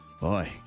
Boy